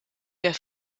der